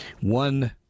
one